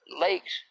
lakes